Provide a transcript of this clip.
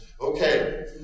Okay